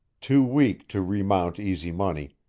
too weak to remount easy money,